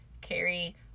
carry